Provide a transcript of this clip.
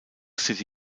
city